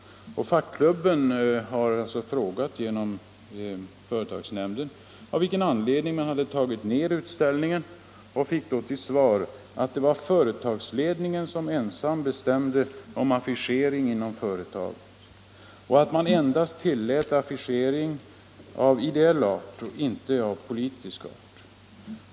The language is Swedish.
Fackklubben har genom företagsnämnden frågat av vilken anledning man tagit ned utställningen och fått till svar att det var företagsledningen som ensam bestämde om affischering inom företaget. Man tillät endast affischering av ideell art, inte av politisk art.